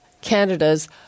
Canada's